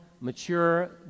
mature